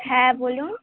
হ্যাঁ বলুন